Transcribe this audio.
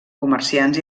comerciants